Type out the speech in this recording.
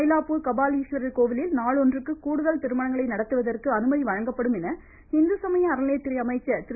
மைலாப்பூர் கபாலீஸ்வரர் கோவிலில் நாளொன்றுக்கு கூடுதல் திருமணங்களை நடத்துவதற்கு அனுமதி வழங்கப்படும் என்று இந்துசமய அறநிலையததுறை அமைச்சர் திரு